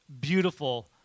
beautiful